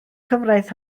cyfraith